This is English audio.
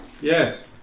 Yes